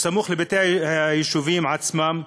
סמוך לבתי היישובים עצמם,